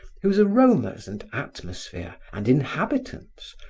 whose aromas and atmosphere and inhabitants,